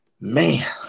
Man